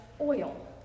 oil